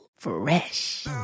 fresh